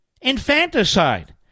infanticide